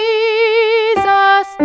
Jesus